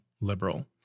liberal